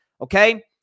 Okay